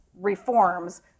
reforms